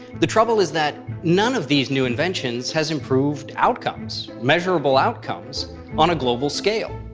the trouble is that none of these new inventions has improved outcomes measurable outcomes on a global scale.